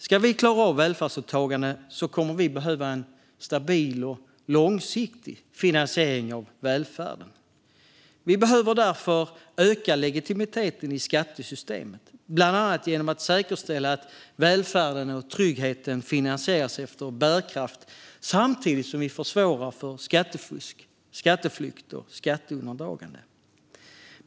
Om vi ska klara av välfärdsåtagandet kommer vi att behöva en stabil och långsiktig finansiering av välfärden. Vi behöver därför öka legitimiteten i skattesystemet, bland annat genom att säkerställa att välfärden och tryggheten finansieras efter bärkraft samtidigt som vi försvårar för skattefusk, skatteflykt och skatteundandragande.